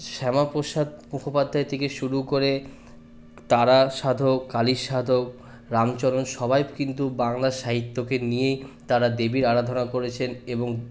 শ্যামাপ্রসাদ মুখোপাধ্যায় থেকে শুরু করে তারার সাধক কালীর সাধক রামচরণ সবাই কিন্তু বাংলা সাহিত্যকে নিয়েই তারা দেবীর আরাধনা করেছেন এবং